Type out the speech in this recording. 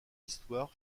histoire